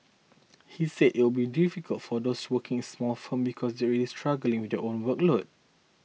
he said it would be difficult for those working small firms because they are struggling with their own workload